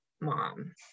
mom